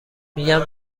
میگم